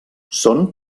són